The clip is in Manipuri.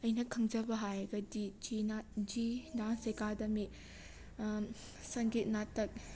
ꯑꯩꯅ ꯈꯪꯖ ꯈꯪꯖꯕ ꯍꯥꯏꯔꯒꯗꯤ G G dance academy Sangeet Natak